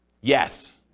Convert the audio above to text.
Yes